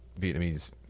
Vietnamese